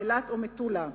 אילת או מטולה.